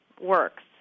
works